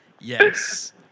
yes